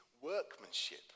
workmanship